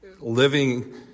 living